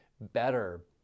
better